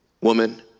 woman